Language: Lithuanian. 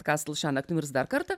kastl šiąnakt mirs dar kartą